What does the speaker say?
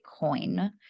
Bitcoin